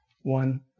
one